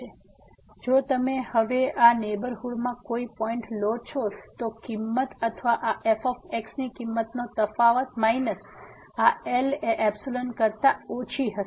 તેથી જો તમે હવે આ નેહબરહુડમાં કોઈ પોઈન્ટ લો છો તો કિંમત અથવા આ f ની કિમંત નો તફાવત માઈનસ આ L એ કરતા ઓછી હશે